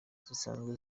zisanzwe